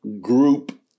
group